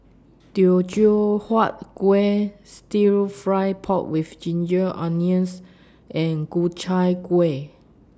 Teochew Huat Kuih Stir Fried Pork with Ginger Onions and Ku Chai Kuih